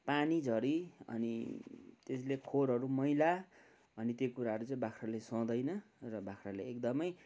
पानी झरी अनि त्यसले खोरहरू मैला अनि त्यो कुराहरू चाहिँ बाख्राले सहदैन र बाख्राले एकदमै